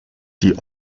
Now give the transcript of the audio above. die